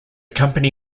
company